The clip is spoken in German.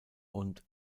und